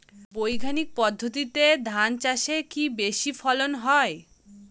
বৈজ্ঞানিক পদ্ধতিতে ধান চাষে কি বেশী ফলন হয়?